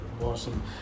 Awesome